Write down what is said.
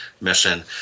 mission